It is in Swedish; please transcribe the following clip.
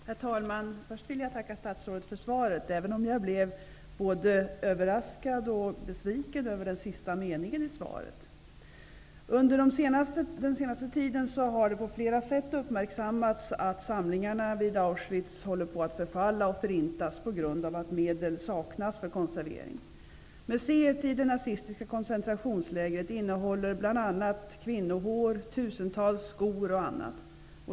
Herr talman! Först vill jag tacka statsrådet för svaret, även om jag blev både överraskad och besviken över den sista meningen i svaret. Under den senaste tiden har det på flera sätt uppmärksammats att samlingarna vid Auschwitz håller på att förfalla och förintas på grund av att medel saknas för konservering. Museet i det nazistiska koncentrationslägret innehåller bl.a. kvinnohår, tusentals skor och annat.